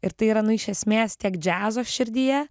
ir tai yra nu iš esmės tiek džiazo širdyje